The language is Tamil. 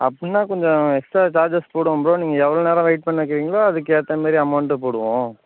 அப்படினா கொஞ்சம் எக்ஸ்ட்ரா சார்ஜஸ் போடுவோம் ப்ரோ நீங்கள் எவ்வளோ நேரம் வெயிட் பண்ண வைக்கிறீங்களோ அதுக்கு ஏற்ற மாரி அமௌண்ட்டு போடுவோம்